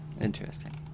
Interesting